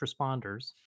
responders